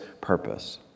purpose